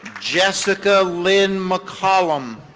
jessica lynn mccollum.